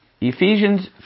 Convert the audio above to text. Ephesians